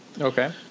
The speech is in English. Okay